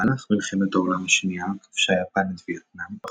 במהלך מלחמת העולם השנייה כבשה יפן את וייטנאם,